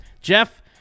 Jeff